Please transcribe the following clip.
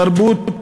תרבות